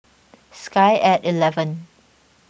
sky at eleven